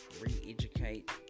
re-educate